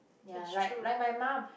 ya like like my mum